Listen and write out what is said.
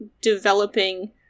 developing